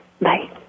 Bye